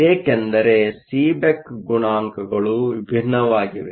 ಏಕೆಂದರೆ ಸೀಬೆಕ್ ಗುಣಾಂಕಗಳು ವಿಭಿನ್ನವಾಗಿವೆ